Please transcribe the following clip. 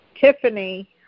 Tiffany